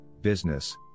business